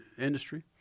industry